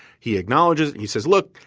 he acknowledges. he says, look,